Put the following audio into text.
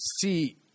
see